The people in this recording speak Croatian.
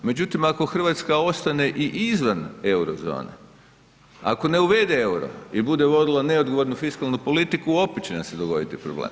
Međutim, ako Hrvatska ostane i izvan euro-zone, ako ne uvede euro i bude vodila neodgovornu fiskalnu politiku, opet će nam se dogoditi problem.